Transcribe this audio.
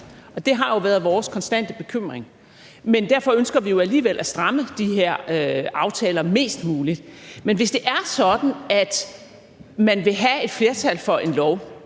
Det har jo været vores konstante bekymring, men derfor ønsker vi jo alligevel at stramme de her aftaler mest muligt. Men hvis det er sådan, at man vil have et flertal for en lov,